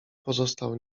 pozostał